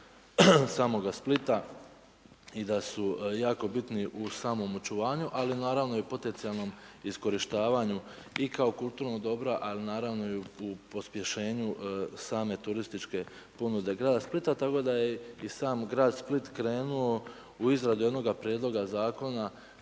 samoga Splita i da su jako bitni u samom očuvanju ali naravno i potencijalnom iskorištavanju i kao kulturno dobro ali naravno i u pospješenju same turističke ponude grada Splita tako da je i sam grad Split krenuo u izradu jednog prijedloga zakona